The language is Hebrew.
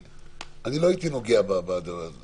לא הייתי נוגע בדבר הזה.